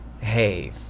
hey